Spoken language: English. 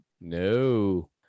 No